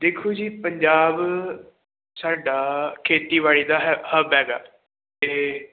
ਦੇਖੋ ਜੀ ਪੰਜਾਬ ਸਾਡਾ ਖੇਤੀਬਾੜੀ ਦਾ ਹੈ ਹੱਬ ਹੈਗਾ ਅਤੇ